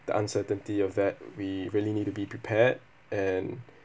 the uncertainty of that we really need to be prepared and